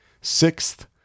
Sixth